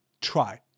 try